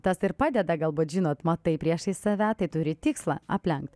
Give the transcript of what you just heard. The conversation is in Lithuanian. tas ir padeda galbūt žinot matai priešais save tai turi tikslą aplenkt